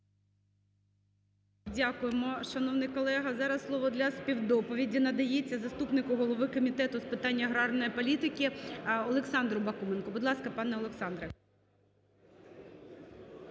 Дякуємо, шановний колего. Зараз слово для співдоповіді надається заступнику голови Комітету з питань аграрної політики Олександру Бакуменку. Будь ласка, пане Олександре.